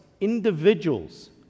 individuals